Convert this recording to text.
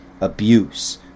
abuse